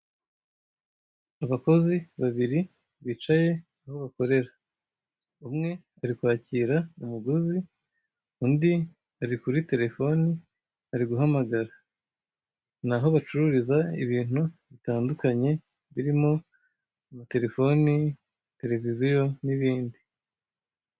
Abakozi babiri bicaye aho bakorera. Umwe ari kwakira umuguzi, undi ari kuri telefoni ari guhamagara. Ni aho bacururiza ibintu bitandukanye birimo amatelefoni, terevisiyo n'ibindi.